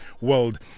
world